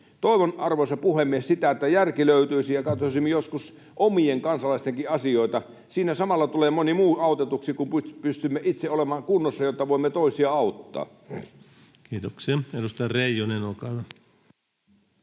Toivon, arvoisa puhemies, sitä, että järki löytyisi ja katsoisimme joskus omien kansalaistenkin asioita. Siinä samalla tulee moni muu autetuksi, kun pystymme itse olemaan kunnossa, jotta voimme toisia auttaa. Kiitoksia. — Edustaja Reijonen, olkaa hyvä.